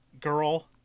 girl